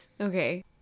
Okay